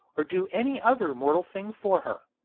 or do any other mortal thing for her.